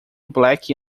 black